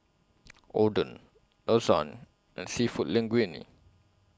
Oden Lasagne and Seafood Linguine